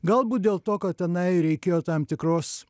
galbūt dėl to kad tenai reikėjo tam tikros